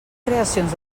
creacions